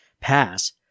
pass